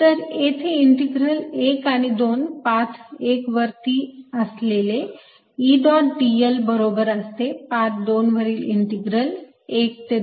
तर येथे इंटिग्रल 1 ते 2 पाथ 1 वरती असलेले E डॉट dl बरोबर असते पाथ 2 वरील इंटिग्रल 1 ते 2